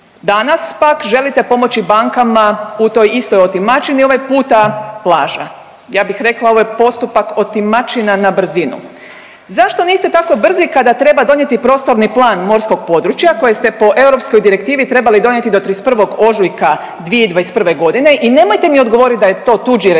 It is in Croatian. Danas pak želite pomoći bankama u toj istoj otimačini, ovaj puta plaža. Ja bih rekla ovo je postupak otimačina na brzinu. Zašto niste tako brzi kada treba donijeti prostorni plan morskog područja koji ste po europskoj direktivi trebali donijeti do 31. ožujka 2021.g. i nemojte mi odgovorit da je to tuđi resor,